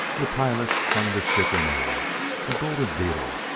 the pilot hung the ship in air a golden beetle,